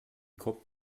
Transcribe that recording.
kommt